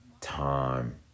time